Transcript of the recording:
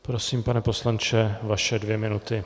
Prosím, pane poslanče, vaše dvě minuty.